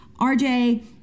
RJ